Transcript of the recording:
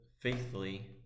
faithfully